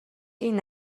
این